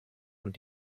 und